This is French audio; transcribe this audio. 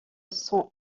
cents